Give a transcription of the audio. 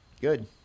Good